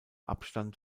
abstand